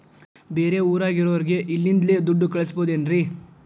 ಬೇರೆ ಊರಾಗಿರೋರಿಗೆ ಇಲ್ಲಿಂದಲೇ ದುಡ್ಡು ಕಳಿಸ್ಬೋದೇನ್ರಿ?